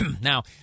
Now